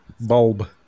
Bulb